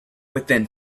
within